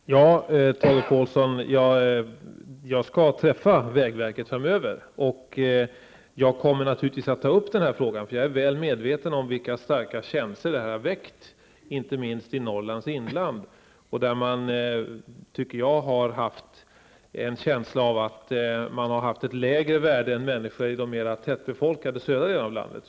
Fru talman! Ja, Tage Påhlsson, jag skall träffa vägverkets företrädare framöver, och jag kommer naturligtvis att ta upp den här frågan. Jag är väl medveten om vilka starka känslor detta har väckt, inte minst i Norrlands inland. Man har där haft en känsla av att man har lägre värde än människor i de mera tätbefolkade södra delarna av landet.